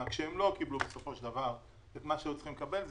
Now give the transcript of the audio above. כשהם לא קבלו את מה שהיו צריכים לקבל,